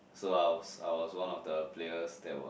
so I was I was one of the players that were